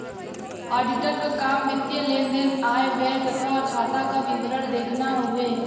auditor क काम वित्तीय लेन देन आय व्यय तथा खाता क विवरण देखना हउवे